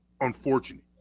unfortunate